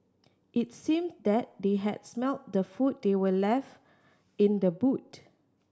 it seemed that they had smelt the food they were left in the boot